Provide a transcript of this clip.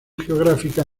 geográfica